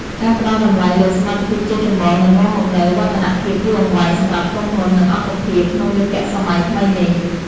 ការផ្តល់តម្លៃលើសមត្ថភាពជាចម្បងនឹងនាំមកនូវវឌ្ឍនភាពយូរអង្វែងសម្រាប់ក្រុមហ៊ុន និងអង្គភាពក្នុងយុគសម័យថ្មីនេះ។